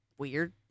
weird